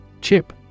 Chip